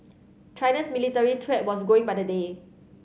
China's military threat was going by the day